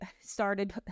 started